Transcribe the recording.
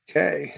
Okay